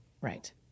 Right